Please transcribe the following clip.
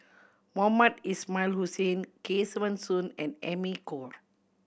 Mohamed Ismail Hussain Kesavan Soon and Amy Khor